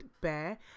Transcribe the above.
Bear